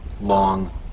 long